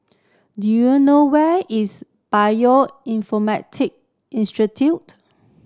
do you know where is Bioinformatic Institute